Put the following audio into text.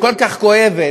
היא כל כך כואבת,